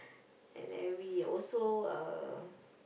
and every also uh